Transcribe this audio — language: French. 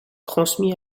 transmis